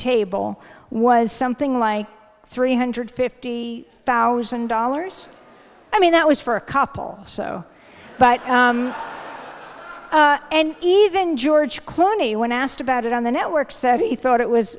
table was something like three hundred fifty thousand dollars i mean that was for a couple so but even george clooney when asked about it on the network said he thought it was